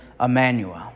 Emmanuel